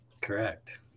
Correct